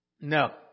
No